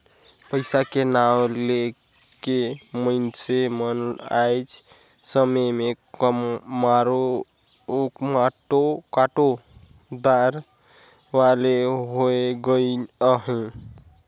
पइसा के नांव ले के मइनसे मन आएज के समे में मारो काटो दार वाले होए गइन अहे